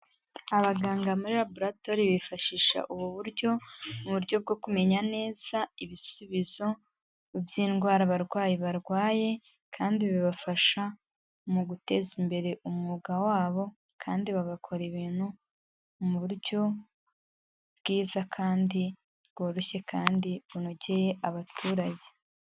Abaganga muri laboratori bifashisha ubu buryo, mu buryo bwo kumenya neza ibisubizo by'indwara abarwayi barwaye, kandi bibafasha mu guteza imbere umwuga wabo, kandi bagakora ibintu mu buryo bwiza, kandi bworoshye kandi bunogeye abaturage.